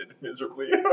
miserably